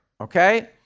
okay